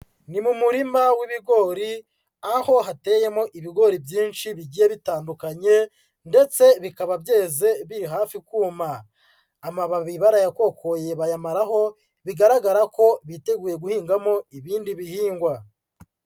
Ni mu murima w'ibigori, aho hateyemo ibigori byinshi bigiye bitandukanye ndetse bikaba byeze biri hafi kuma. Amababi barayakokoye bayamaraho, bigaragara ko biteguye guhingamo ibindi bihingwa.